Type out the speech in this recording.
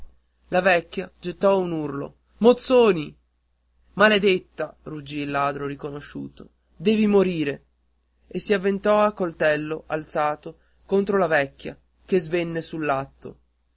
la vecchia gettò un urlo mozzoni maledetta ruggì il ladro riconosciuto devi morire e si avventò a coltello alzato contro la vecchia che svenne